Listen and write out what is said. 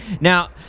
Now